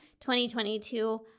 2022